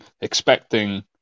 expecting